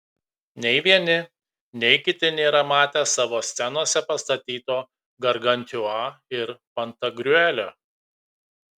nei vieni nei kiti nėra matę savo scenose pastatyto gargantiua ir pantagriuelio